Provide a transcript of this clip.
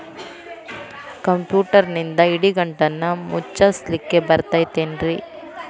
ಕಂಪ್ಯೂಟರ್ನಿಂದ್ ಇಡಿಗಂಟನ್ನ ಮುಚ್ಚಸ್ಲಿಕ್ಕೆ ಬರತೈತೇನ್ರೇ?